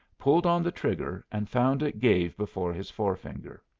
pulled on the trigger and found it gave before his forefinger.